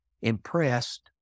impressed